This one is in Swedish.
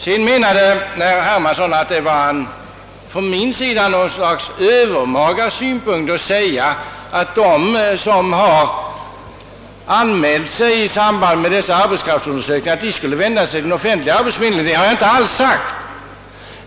Vidare menade herr Hermansson ait det var övermaga från min sida att hävda att de som har anmält sig som arbetssökande i samband med dessa arbetskraftsundersökningar skall vända sig till den offentliga arbetsförmedlingen. Det har jag inte alls sagt.